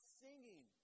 singing